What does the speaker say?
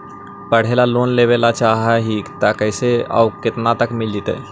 पढ़े ल लोन लेबे ल चाह ही त कैसे औ केतना तक मिल जितै?